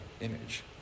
image